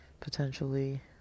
potentially